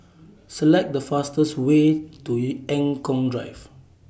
Select The fastest Way to Eng Kong Drive